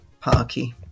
Parky